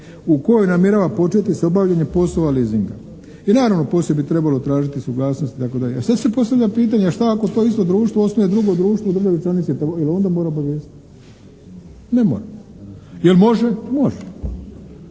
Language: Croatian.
u kojoj namjerava početi sa obavljanjem poslova leasinga. I naravno poslije bi trebalo tražiti suglasnost itd. Sad se postavlja pitanje a šta ako to isto društvo osnuje drugo društvo u državi članici, jel' i onda mora obavijestiti? Ne mora. Jel' može? Može.